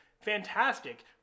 Fantastic